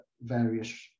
various